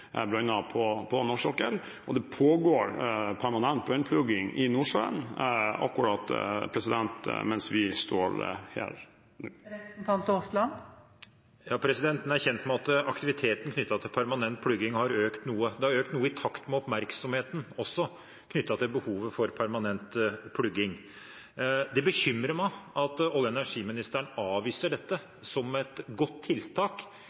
på norsk sokkel, og det pågår permanent brønnplugging i Nordsjøen akkurat mens vi står her nå. Jeg er kjent med at aktiviteten knyttet til permanent plugging har økt noe. Det har økt noe i takt med oppmerksomheten knyttet til behovet for permanent plugging også. Det bekymrer meg at olje- og energiministeren avviser dette som et godt tiltak